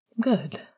Good